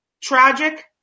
tragic